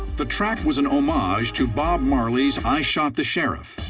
the track was an homage to bob marley's i shot the sheriff.